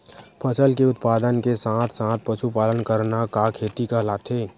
फसल के उत्पादन के साथ साथ पशुपालन करना का खेती कहलाथे?